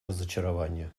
разочарование